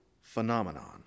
phenomenon